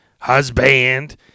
husband